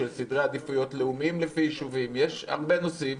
של סדרי עדיפויות לאומיים לפי יישובים יש הרבה נושאים